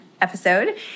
episode